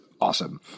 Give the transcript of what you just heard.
awesome